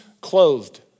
clothed